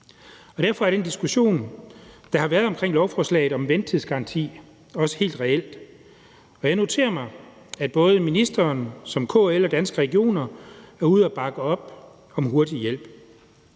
Derfor er den diskussion, der har været omkring lovforslaget om ventetidsgaranti, også helt reel, og jeg noterer mig, at ministeren såvel som KL og Danske Regioner er ude at bakke op om hurtig hjælp.